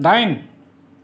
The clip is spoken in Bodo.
दाइन